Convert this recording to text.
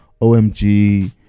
omg